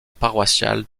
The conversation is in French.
paroissiale